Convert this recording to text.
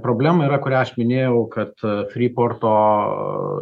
problema yra kurią aš minėjau kad free porto